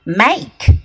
make